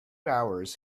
hours